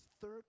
third